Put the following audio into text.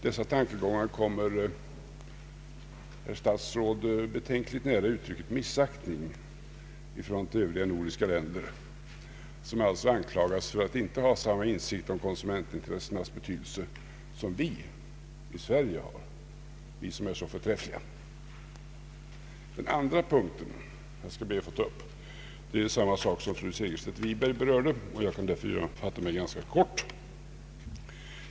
Dessa tankegångar kommer, herr statsråd, betänkligt nära uttrycket missaktning i förhållande till övriga nordiska länder, som alltså anklagas för att inte ha samma insikt om konsumentintressenas betydelse som vi i Sverige har, vi som är så förträffliga. Den andra punkten, som jag skall be att få ta upp, är samma sak som fru Segerstedt Wiberg berörde, och jag kan därför fatta mig kanska kort.